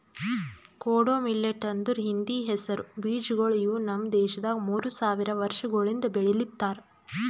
ಕೊಡೋ ಮಿಲ್ಲೆಟ್ ಅಂದುರ್ ಹಿಂದಿ ಹೆಸರು ಬೀಜಗೊಳ್ ಇವು ನಮ್ ದೇಶದಾಗ್ ಮೂರು ಸಾವಿರ ವರ್ಷಗೊಳಿಂದ್ ಬೆಳಿಲಿತ್ತಾರ್